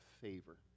favor